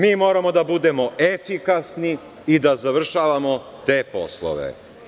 Mi moramo da budemo efikasni i da završavamo te poslove.